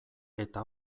eta